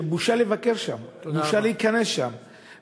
שבושה לבקר שם, בושה להיכנס לשם, תודה רבה.